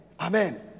Amen